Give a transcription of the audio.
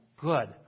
good